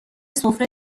سفره